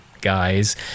guys